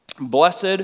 Blessed